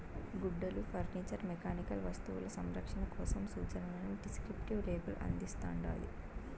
గుడ్డలు furniture mechanical వస్తువులు సంరక్షణ కోసం సూచనలని డిస్క్రిప్టివ్ లేబుల్ అందిస్తాండాది